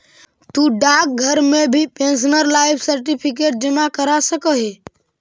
तु डाकघर में भी पेंशनर लाइफ सर्टिफिकेट जमा करा सकऽ हे